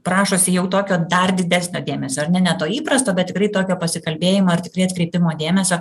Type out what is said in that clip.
prašosi jau tokio dar didesnio dėmesio ar ne ne to įprasto bet tikrai tokio pasikalbėjimo ir tikrai atkreipimo dėmesio